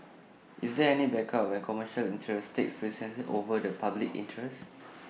is there any backup when commercial interests take precedence over the public interest